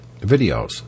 videos